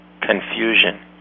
Confusion